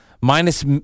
Minus